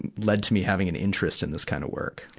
led to me having an interest in this kind of work.